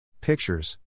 pictures